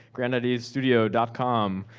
granideastudio com.